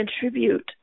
contribute